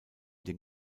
den